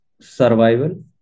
survival